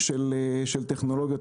של טכנולוגיות.